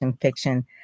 fiction